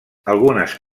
algunes